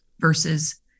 versus